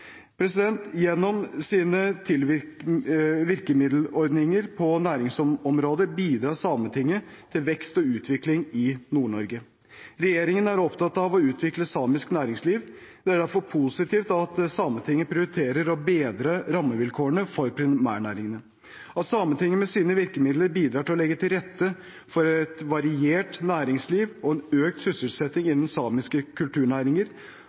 Gjennom sine virkemiddelordninger på næringsområdet bidrar Sametinget til vekst og utvikling i Nord-Norge. Regjeringen er opptatt av å utvikle samisk næringsliv. Det er derfor positivt at Sametinget prioriterer å bedre rammevilkårene for primærnæringene. At Sametinget med sine virkemidler bidrar til å legge til rette for et variert næringsliv og en økt sysselsetting innen samiske kulturnæringer,